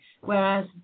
Whereas